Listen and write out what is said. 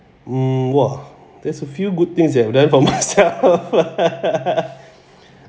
mm !wah! there's a few good things that I've done for myself